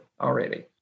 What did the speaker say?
already